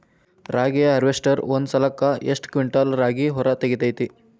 ರಾಗಿಯ ಹಾರ್ವೇಸ್ಟರ್ ಒಂದ್ ಸಲಕ್ಕ ಎಷ್ಟ್ ಕ್ವಿಂಟಾಲ್ ರಾಗಿ ಹೊರ ತೆಗಿತೈತಿ?